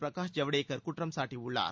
பிரகாஷ் ஜவ்டேகர் குற்றம் சாட்டியுள்ளார்